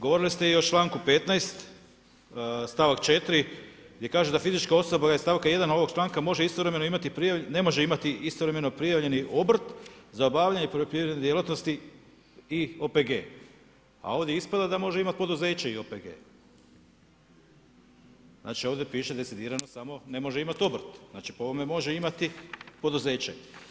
Govorili ste i o članku 15. stavak 4. gdje kaže da fizička osoba iz stavka 1. ovog članka može istovremeno imati, ne može imati istovremeno prijavljeni obrt za obavljanje poljoprivredno djelatnosti i OPG, a ovdje ispada da može imati poduzeće i OPG, znači ovdje piše decidirano samo ne može imati obrt, znači po ovome može imati poduzeće.